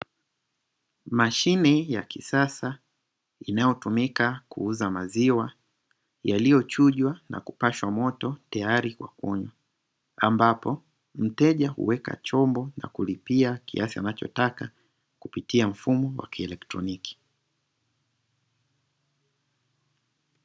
Mashine ya kisasa inayotumika kuuza maziwa yaliyochujwa na kupashwa moto tayari kwa kunywa, ambapo mteja huweka chombo na kulipia kiasi anachotaka kwa kutumia mfano wa kielectroniki.